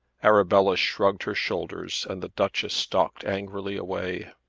arabella shrugged her shoulders and the duchess stalked angrily away.